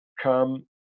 come